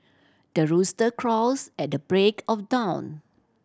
the rooster crows at the break of dawn